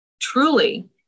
truly